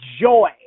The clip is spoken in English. joy